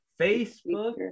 Facebook